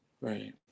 right